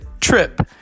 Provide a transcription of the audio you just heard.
Trip